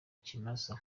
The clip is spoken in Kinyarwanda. ikimasa